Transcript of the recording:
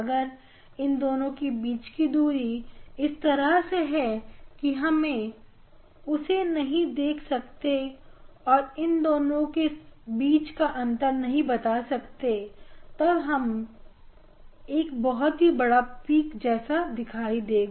अगर इन दोनों की बीच की दूरी इस तरह से है कि हम उसे नहीं देख सकते हैं और इन दोनों के बीच का अंतर नहीं बता सकते हैं तब हमें यह एक बहुत बड़े पिक जैसा लगेगा